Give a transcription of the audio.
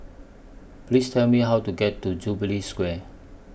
Please Tell Me How to get to Jubilee Square